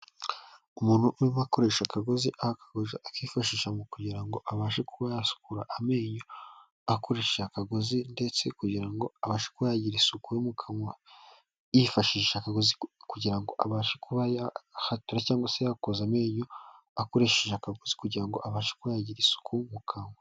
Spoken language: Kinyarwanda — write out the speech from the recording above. Umuntu urimo akoresha akagozi akifashisha mu kugira ngo abashe kuba yakura amenyo akoresha akagozi ndetse kugira ngo abagira isuku yo mu kanwa yifashisha kagozi kugirango abashe kubahaturara cyangwa se yakoza amenyo akoresheje akagozi kugirango abashe kba yagira isuku mukanwa.